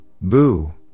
boo